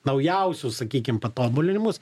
naujausius sakykim patobulinimus